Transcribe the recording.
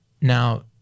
now